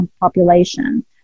population